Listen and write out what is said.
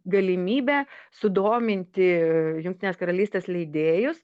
galimybė sudominti jungtinės karalystės leidėjus